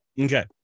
Okay